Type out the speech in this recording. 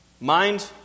Mind